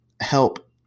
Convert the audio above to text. help